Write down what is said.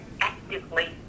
actively